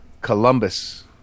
Columbus